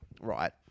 right